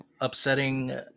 upsetting